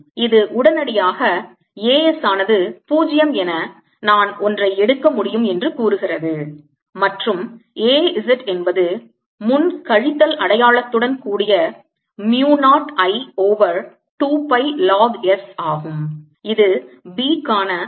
இது உடனடியாக A s ஆனது 0 என நான் ஒன்றை எடுக்க முடியும் என்று கூறுகிறது மற்றும் A z என்பது முன் கழித்தல் அடையாளத்துடன் கூடிய mu 0 I over 2 pi log s ஆகும்